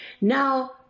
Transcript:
Now